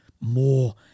more